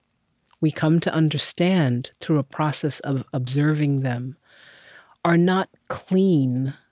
we come to understand through a process of observing them are not clean